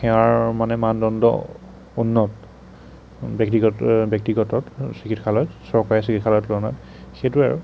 সেৱাৰ মানে মানদণ্ড উন্নত ব্যক্তিগত ব্যক্তিগতত চিকিৎসালয়ত চৰকাৰী চিকিৎসালয়ৰ তুলনাত সেইটোৱেই আৰু